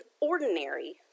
ordinary